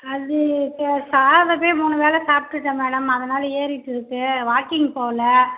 அது இப்போ சாதமே மூணு வேளை சாப்பிடுட்டேன் மேடம் அதனால் ஏறிவிட்டு இருக்கு வாக்கிங் போகல